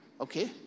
Okay